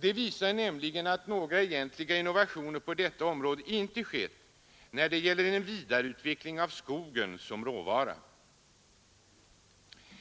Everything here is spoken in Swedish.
De visar nämligen att några egentliga innovationer på detta område inte skett när det gäller en vidareutveckling av skogen som råvara.